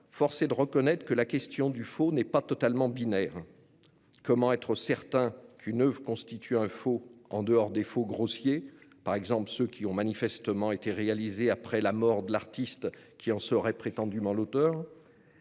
force est de reconnaître que la question du faux n'est pas totalement binaire : comment être certain qu'une oeuvre constitue un faux, en dehors des faux grossiers, par exemple ceux qui ont manifestement été réalisés après la mort de l'artiste qui en serait prétendument l'auteur ?